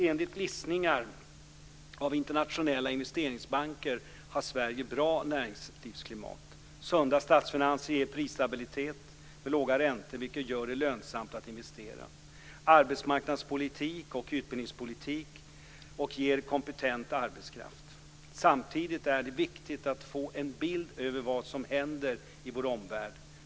Enligt listningar av internationella investeringsbanker har Sverige ett bra näringslivsklimat. Sunda statsfinanser ger prisstabilitet med låga räntor vilket gör det lönsamt att investera. Arbetsmarknadspolitik och utbildningspolitik ger kompetent arbetskraft. Samtidigt är det viktigt att få en bild över vad som händer i vår omvärld.